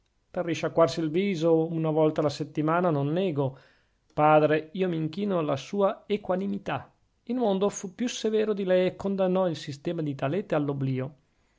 per risciacquarsi il viso una volta alla settimana non nego padre io m'inchino alla sua equanimità il mondo fu più severo di lei e condannò il sistema di talete all'oblìo